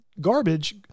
Garbage